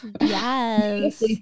yes